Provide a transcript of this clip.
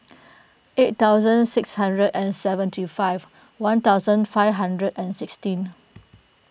eight thousand six hundred and seventy five one thousand five hundred and sixteen